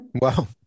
Wow